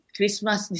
Christmas